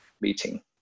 meeting